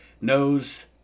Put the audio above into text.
knows